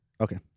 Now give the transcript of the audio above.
Okay